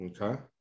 Okay